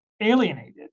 alienated